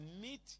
meet